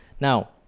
Now